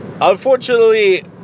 Unfortunately